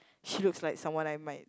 she looks like someone I might